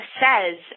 says